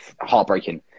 heartbreaking